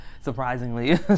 surprisingly